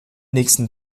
nächsten